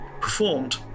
performed